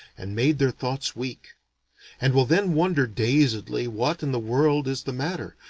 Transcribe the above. and made their thoughts weak and will then wonder dazedly what in the world is the matter,